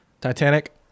Titanic